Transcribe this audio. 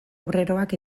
obreroak